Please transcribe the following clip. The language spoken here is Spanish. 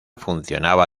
funcionaba